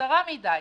צרה מדי.